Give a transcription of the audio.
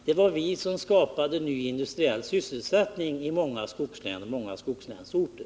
Det var vi som skapade ny industriell sysselsättning i många skogslän och skogslänsorter.